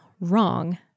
wrong